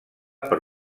per